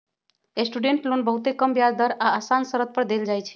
student loan बहुते कम ब्याज दर आऽ असान शरत पर देल जाइ छइ